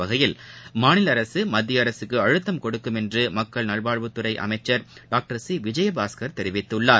வகையில் மாநில அரசு மத்திய அரசுக்கு அழுத்தம் கொடுக்கும் என்று மக்கள் நல்வாழ்வுத்துறை அமைச்சர் டாக்டர் சி விஜயபாஸ்கர் தெரிவித்துள்ளார்